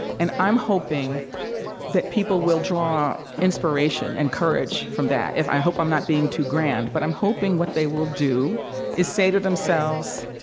and i'm hoping that people will draw inspiration and courage from that. if i i hope i'm not being too grand, but i'm hoping what they will do is say to themselves,